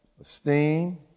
esteem